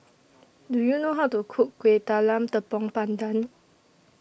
Do YOU know How to Cook Kueh Talam Tepong Pandan